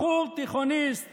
בחור תיכוניסט